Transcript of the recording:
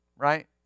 Right